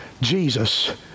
Jesus